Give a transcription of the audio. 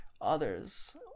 others